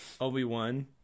Obi-Wan